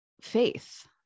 faith